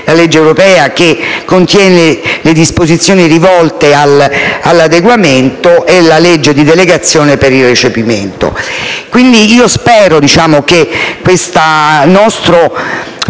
la legge europea, che contiene le disposizioni rivolte all'adeguamento, e la legge di delegazione per il recepimento. Per la prima volta